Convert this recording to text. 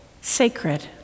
sacred